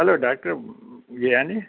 doctor Vianney